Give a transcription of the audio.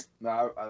No